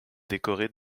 décorés